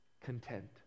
content